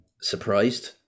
Surprised